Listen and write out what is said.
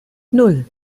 nan